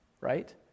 right